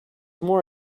more